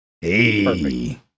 Hey